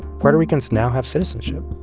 puerto ricans now have citizenship.